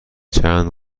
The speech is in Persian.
چند